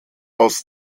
aus